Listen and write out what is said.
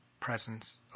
presence